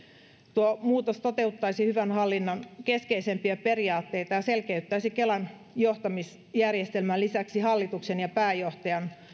tuo muutos toteuttaisi hyvän hallinnon keskeisimpiä periaatteita ja selkeyttäisi kelan johtamisjärjestelmän lisäksi hallituksen ja pääjohtajan